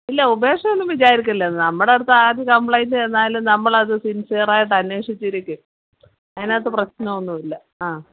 ഇല്ല ഉപേക്ഷയൊന്നും വിചാരിക്കില്ല നമ്മുടെ അടുത്ത് ആര് കമ്പ്ലൈൻറ്റ് തന്നാലും നമ്മളത് സിൻസിയറായിട്ട് അന്വേഷിച്ചിരിക്കും അതിനകത്ത് പ്രശ്നോന്നുമില്ല ആ